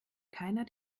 keiner